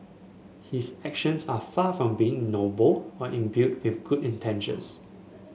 his actions are far from being noble or imbued with good intentions